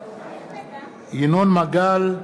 ינון מגל,